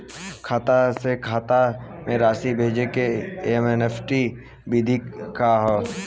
खाता से खाता में राशि भेजे के एन.ई.एफ.टी विधि का ह?